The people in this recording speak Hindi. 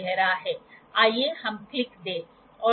और यहां आपके पास h होगा इसलिए ये स्लिप गेज के अलावा और कुछ नहीं हैं